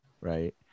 right